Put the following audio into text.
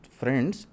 friends